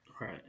Right